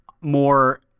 more